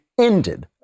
ended